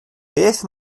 beth